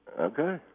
Okay